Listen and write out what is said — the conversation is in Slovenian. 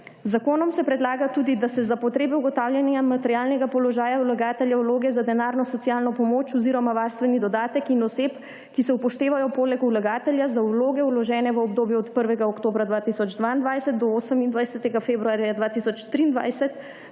zakonom se predlaga tudi, da se za potrebe ugotavljanja materialnega položaja vlagatelja vloge za denarno socialno pomoč oziroma varstveni dodatek in oseb, ki se upoštevajo poleg vlagatelja za vloge vložene v obdobju od 1. oktobra 2022 do 28. februarja 2023,